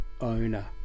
owner